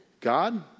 God